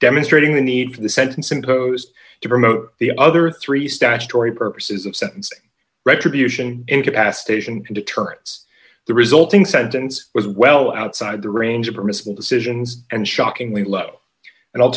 demonstrating the need for the sentence imposed to promote the other three statutory purposes of sentencing retribution incapacitation deterrents the resulting sentence was well outside the range of permissible decisions and shockingly low and i'll